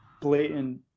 blatant